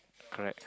correct